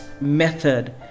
method